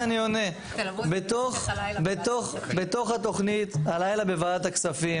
אנחנו נשים בתוך התכנית הלילה בוועדת הכספים,